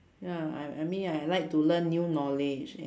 ya I I mean I like to learn new knowledge